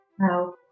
now